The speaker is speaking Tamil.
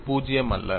இது 0 அல்ல